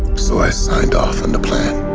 so i signed off, on the plan.